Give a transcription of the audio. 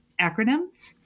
acronyms